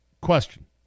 question